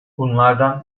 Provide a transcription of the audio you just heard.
bunlardan